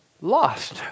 lost